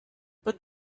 but